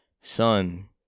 son